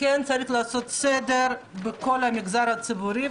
כן צריך לעשות סדר בכל המגזר הציבורי,